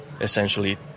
essentially